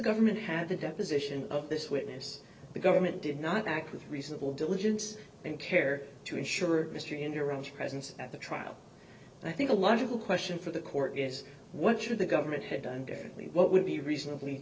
government had the deposition of this witness the government did not act with reasonable diligence and care to ensure mr in your own presence at the trial and i think a logical question for the court is what should the government have done differently what would be reasonably